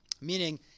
meaning